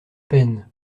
peine